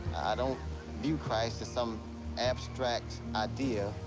i don't view christ as some abstract idea,